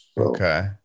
Okay